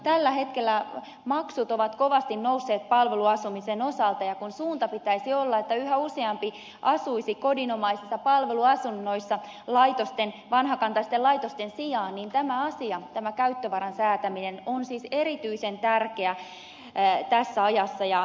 tällä hetkellä maksut ovat kovasti nousseet palveluasumisen osalta ja kun suunnan pitäisi olla että yhä useampi asuisi kodinomaisissa palveluasunnoissa vanhakantaisten laitosten sijaan niin tämä asia käyttövaran säätäminen on siis erityisen tärkeä tässä ajassa